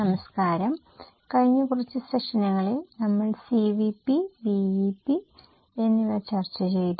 നമസ്കരം കഴിഞ്ഞ കുറച്ച് സെഷനുകളിൽ നമ്മൾ CVP BEP എന്നിവ ചർച്ച ചെയ്തു